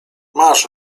masz